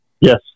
Yes